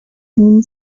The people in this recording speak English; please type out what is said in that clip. been